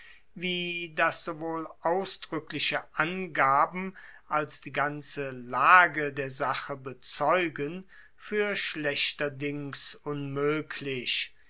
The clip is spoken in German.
wie das sowohl ausdrueckliche angaben als die ganze lage der sache bezeugen fuer schlechterdings unmoeglich